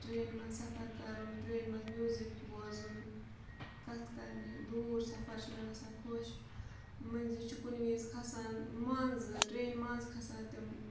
ٹرٛینہِ منٛز سفر کَرُن ٹرٛینہِ منٛز میوٗزِک بوزُن کَتھٕ کَرنہِ دوٗر سفر چھِ مےٚ گژھان خۄش مٔنٛزی چھُ کُنہِ وِز کھَسان منٛز ٹرٛینہِ منٛز کھَسان تِم